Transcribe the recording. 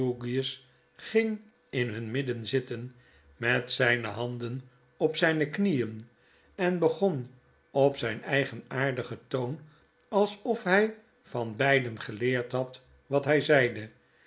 ging in hun midden zitten niet zyne handen op zyne knieen en begon op zijn eigenaardigen toon alsof hij van beiden geleerd had wat hy zeide